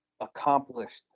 accomplished